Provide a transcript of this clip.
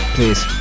Please